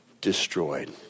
destroyed